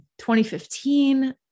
2015